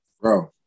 Bro